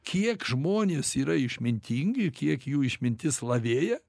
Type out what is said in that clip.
kiek žmonės yra išmintingi kiek jų išmintis lavėja